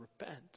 repent